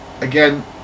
again